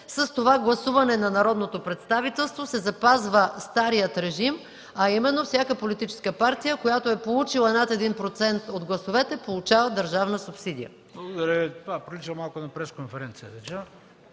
С това гласуване на народното представителство се запазва старият режим, а именно всяка политическа партия, която е получили над 1% от гласовете, получава държавна субсидия.